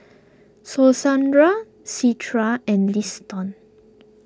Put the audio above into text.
and Liston